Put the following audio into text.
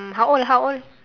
uh how old how old